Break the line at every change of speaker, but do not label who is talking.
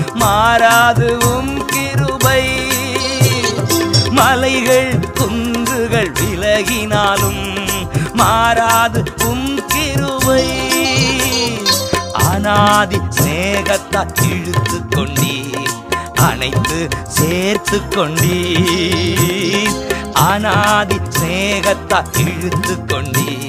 மாறாது உம் கிருபை. மலைகள் குன்றுகள் விலகினாலும் மாறாது உம் கிருபை. அனாதி சிநேகத்தா இழுத்துக் கொண்டீர். அணைத்து சேர்த்துக் கொண்டீர். அனாதி சிநேகத்தா இழுத்துக் கொண்டீர்.